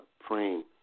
praying